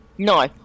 No